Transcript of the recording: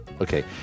Okay